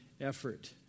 effort